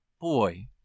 boy